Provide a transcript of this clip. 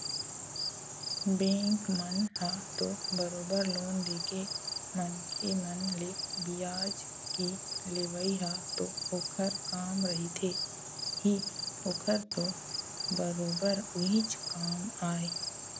bank मन ह तो बरोबर लोन देके मनखे मन ले बियाज के लेवई ह तो ओखर काम रहिथे ही ओखर तो बरोबर उहीच काम आय